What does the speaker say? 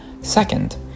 Second